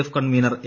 F convener A